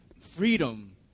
freedom